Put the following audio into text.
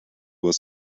was